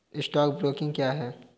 Stock broking क्या है?